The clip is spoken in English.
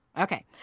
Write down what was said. Okay